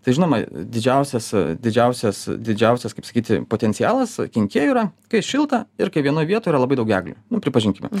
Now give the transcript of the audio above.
tai žinoma didžiausias didžiausias didžiausias kaip sakyti potencialas kenkėjų yra kai šilta ir kai vienoj vietoj yra labai daug eglių nu pripažinkime